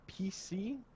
pc